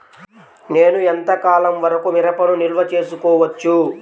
నేను ఎంత కాలం వరకు మిరపను నిల్వ చేసుకోవచ్చు?